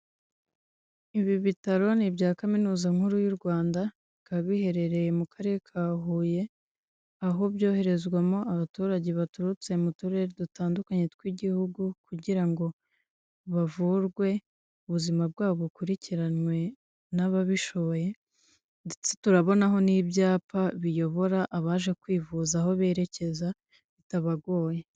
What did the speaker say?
Ibi bitaro ni ibya kaminuza nkuru y'u Rwanda, bikaba biherereye mu karere ka Huye, aho byoherezwamo abaturage baturutse mu turere dutandukanye tw'igihugu kugira ngo bavurwe, ubuzima bwabo bukurikiranywe n'ababishoboye, ndetse turabonaho n'ibyapa biyobora abaje kwivuza aho berekeza bitabagoye.